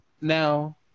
now